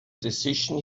decision